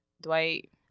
Dwight